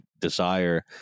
desire